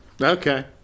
Okay